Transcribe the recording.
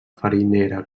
farinera